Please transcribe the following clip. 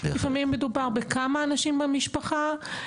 לפעמים מדובר בכמה אנשים במשפחה.